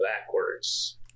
backwards